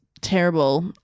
terrible